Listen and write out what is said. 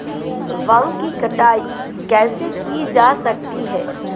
भांग की कटाई कैसे की जा सकती है?